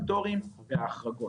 הפטורים וההחרגות.